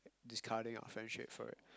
discarding our friendship for it